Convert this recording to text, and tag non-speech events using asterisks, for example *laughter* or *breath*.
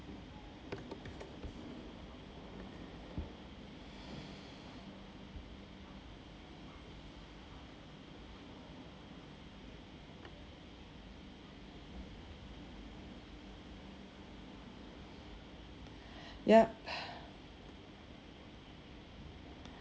yup *breath*